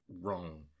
wrong